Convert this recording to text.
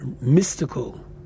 mystical